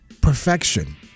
Perfection